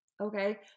okay